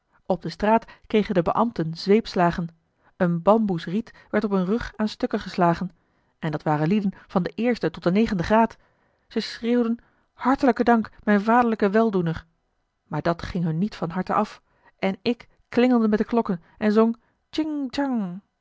op de straat kregen de beambten zweepslagen een bamboes riet werd op hun rug aan stukken geslagen en dat waren lieden van den eersten tot den negenden graad zij schreeuwden hartelijk dank mijn vaderlijke weldoener maar dat ging hun niet van harte af en ik klingelde met de klokken en zong